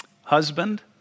Husband